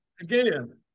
again